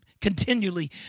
continually